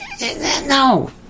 No